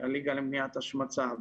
הליגה למניעת השמצה,